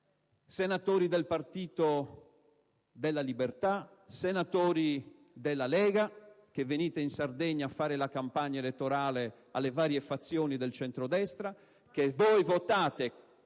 senatori del Popolo della Libertà e senatori della Lega che venite in Sardegna a fare la campagna elettorale alle varie fazioni del centrodestra: state votando